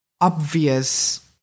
obvious